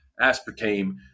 aspartame